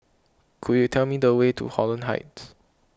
could you tell me the way to Holland Heights